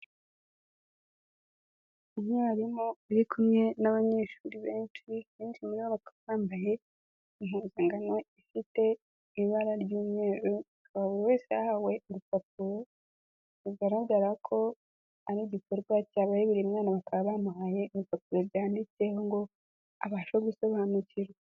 Umwarimu uri kumwe n'abanyeshuri benshi, benshi muribo bakaba bambaye impuzankano ifite ibara ry'umweru, buri wese yahawe urupapuro rugaragara ko ari igikorwa cyabaye buri mwana bakaba bamuhaye impapuro byanditseho ngo abashe gusobanukirwa.